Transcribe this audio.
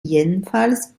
jedenfalls